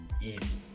Easy